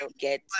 get